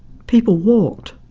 people walked,